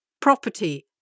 property